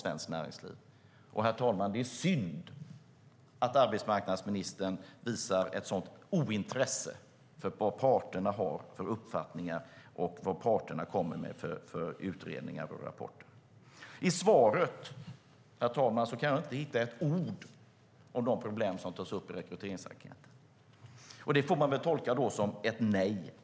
Det är synd, herr talman, att arbetsmarknadsministern visar ett sådant ointresse för vad parterna har för uppfattningar och vad parterna kommer med för utredningar och rapporter. Herr talman! I svaret kan jag inte hitta ett ord om de problem som tas upp i rekryteringsenkäten. Det får man väl tolka som ett nej.